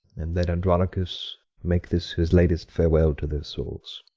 and let andronicus make this his latest farewell to their souls.